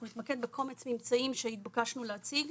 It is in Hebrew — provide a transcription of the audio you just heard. אנחנו נתמקד בקומץ ממצאים שנתבקשנו להציג.